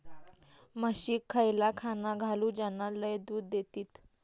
म्हशीक खयला खाणा घालू ज्याना लय दूध देतीत?